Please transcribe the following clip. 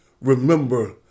remember